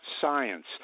science